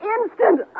instant